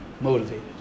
motivated